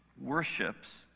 worships